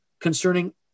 concerning